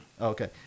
Okay